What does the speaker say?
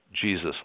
Jesus